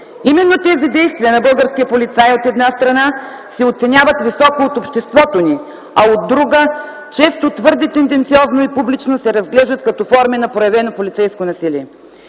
Именно тези действия на българския полицай, от една страна, се оценяват високо от обществото ни, а от друга, често твърде тенденциозно и публично се разглеждат като форми на проявено полицейско насилие.